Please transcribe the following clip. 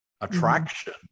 attraction